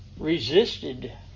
resisted